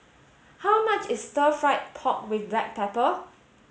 how much is stir fried pork with black pepper